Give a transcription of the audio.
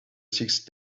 sixth